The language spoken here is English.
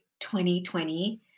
2020